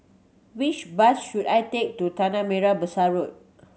which bus should I take to Tanah Merah Besar Road